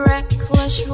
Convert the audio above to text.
Reckless